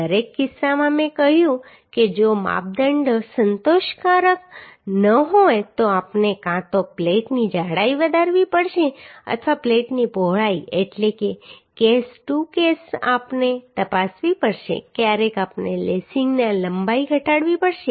દરેક કિસ્સામાં મેં કહ્યું છે કે જો માપદંડ સંતોષકારક ન હોય તો આપણે કાં તો પ્લેટની જાડાઈ વધારવી પડશે અથવા પ્લેટની પહોળાઈ એટલે કે કેસ ટુ કેસ આપણે તપાસવી પડશે ક્યારેક આપણે લેસિંગની લંબાઈ ઘટાડવી પડશે